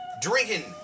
drinking